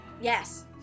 Yes